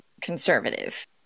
conservative